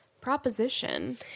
proposition